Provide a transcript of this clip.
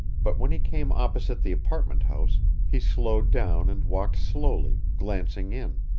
but when he came opposite the apartment house he slowed down and walked slowly, glancing in.